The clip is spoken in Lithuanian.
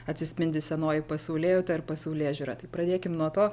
atsispindi senoji pasaulėjauta ir pasaulėžiūra tai pradėkim nuo to